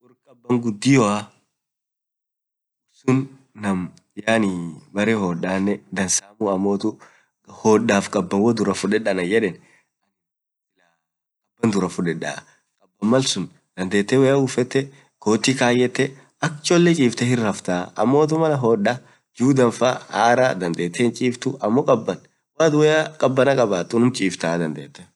naam gudiooa, baree hodaa hodaaf kaban hoo duraa fuded anan yedeen, duub malsuun dandetee woyya uffetee kotii kayetee, akk chilee chiftee hinraftaa amotu mall hodaa juu danfaa araa dandetee hinraftuu amo kabaan malatin woyaa kabaat dandete unum chiftaa.